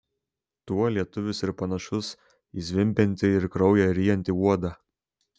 tuo lietuvis ir panašus į zvimbiantį ir kraują ryjantį uodą